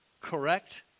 correct